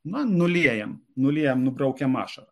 na nuliejam nuliejam nubraukiam ašarą